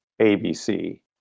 ABC